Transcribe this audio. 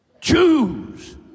Choose